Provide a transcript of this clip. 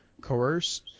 Coerce